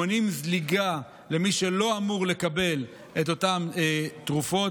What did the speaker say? מונעים זליגה למי שלא אמור לקבל את אותן תרופות